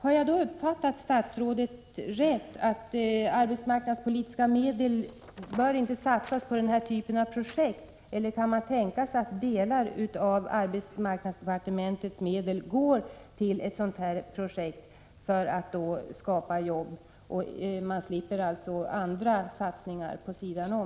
Har jag uppfattat statsrådet rätt om jag säger att hon anser att arbetsmarknadspolitiska medel inte bör satsas på den här typen av projekt, eller kan man tänka sig att delar av arbetsmarknadsdepartementets medel går till ett sådant här projekt för att skapa jobb? Man slipper då andra satsningar vid sidan om.